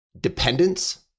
dependence